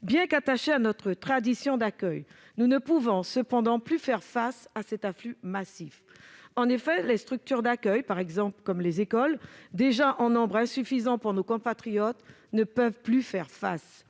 Bien qu'attachés à notre tradition d'accueil, nous ne pouvons plus absorber cet afflux massif. En effet, les structures d'accueil, comme les écoles, déjà en nombre insuffisant pour nos compatriotes, ne peuvent plus faire face.